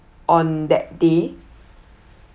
on that day